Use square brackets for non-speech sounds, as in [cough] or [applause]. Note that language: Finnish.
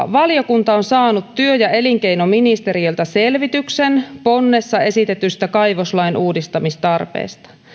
[unintelligible] valiokunta on saanut työ ja elinkeinoministeriöltä selvityksen ponnessa esitetystä kaivoslain uudistamistarpeesta